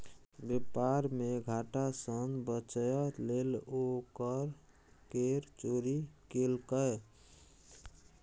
बेपार मे घाटा सँ बचय लेल ओ कर केर चोरी केलकै